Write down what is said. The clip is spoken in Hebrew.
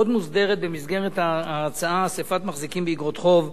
עוד מוסדרת במסגרת ההצעה אספת מחזיקים באיגרות חוב,